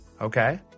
Okay